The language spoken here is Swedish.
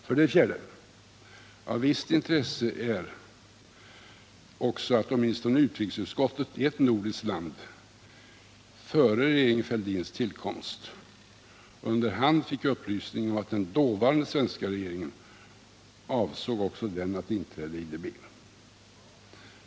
För det fjärde: Av visst intresse är också att åtminstone utrikesutskottet i ett nordiskt land före regeringen Fälldins tillkomst under hand fick upplysning om att den dåvarande svenska regeringen avsåg också den att inträda i IDB.